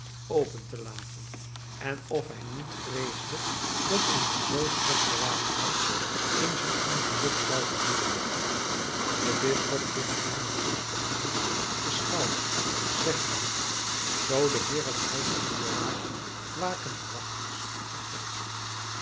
open te laten en of hij niet vreesde dat in een zoo slecht bewaakt huis eens een ongeluk zou gebeuren de bisschop klopte hem met zachten ernst op den schouder zeggende zoo de heer het huis niet bewaakt waken de wachters vergeefs